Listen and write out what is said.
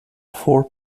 four